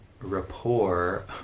rapport